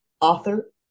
author